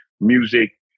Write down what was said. music